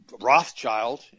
Rothschild